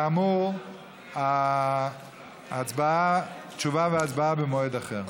וכאמור, תשובה והצבעה במועד אחר.